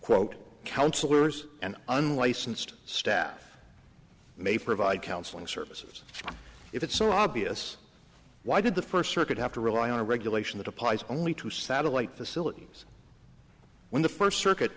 quote counselors and unlicensed staff may provide counseling services if it's so obvious why did the first circuit have to rely on a regulation that applies only to satellite facilities when the first circuit